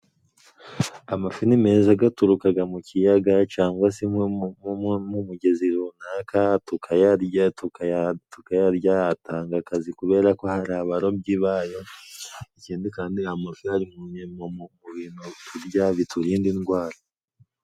Amafi ni meza gaturukaga mu kiyaga cangwa se zimwe mu migezi runaka, tukayarya, tukayarya, atanga akazi kubera ko hari abarobyi bayo, ikindi kandi amafi gari mu bintu turya biturinda indwara.